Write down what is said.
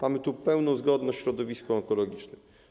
Mamy tu pełną zgodność w środowisku onkologicznym.